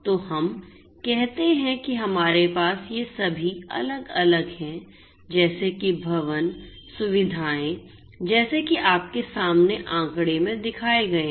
तो हम कहते हैं कि हमारे पास ये सभी अलग अलग हैं जैसे कि भवन सुविधाएं जैसे कि आपके सामने आंकड़े में दिखाए गए हैं